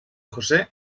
josé